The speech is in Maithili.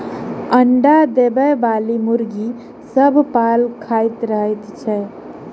अंडा देबयबाली मुर्गी सभ पाल खाइत रहैत छै